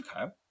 Okay